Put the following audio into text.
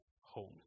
home